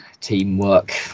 teamwork